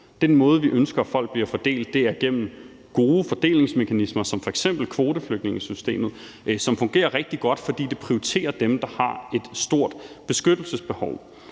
Den måde, vi ønsker at folk bliver fordelt på, er gennem gode fordelingsmekanismer som f.eks. kvoteflygtningesystemet, som fungerer rigtig godt, fordi det prioriterer dem, der har et stort beskyttelsesbehov.